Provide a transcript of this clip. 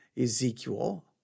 Ezekiel